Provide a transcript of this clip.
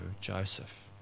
Joseph